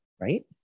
right